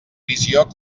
visió